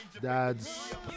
dads